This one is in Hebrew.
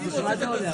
מסכים.